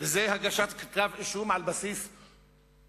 וזאת הגשת כתב אישום על בסיס פוליטי,